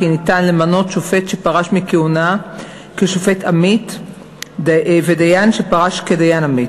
כי ניתן למנות שופט שפרש מכהונה לשופט עמית ודיין שפרש לדיין עמית.